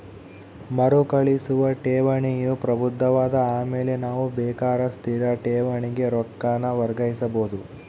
ಮರುಕಳಿಸುವ ಠೇವಣಿಯು ಪ್ರಬುದ್ಧವಾದ ಆಮೇಲೆ ನಾವು ಬೇಕಾರ ಸ್ಥಿರ ಠೇವಣಿಗೆ ರೊಕ್ಕಾನ ವರ್ಗಾಯಿಸಬೋದು